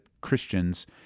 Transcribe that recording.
Christians